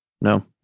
No